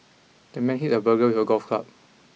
the man hit the burglar with a golf club